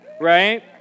Right